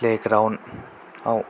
playground